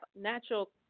natural